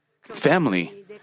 family